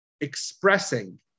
expressing